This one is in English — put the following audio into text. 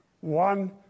One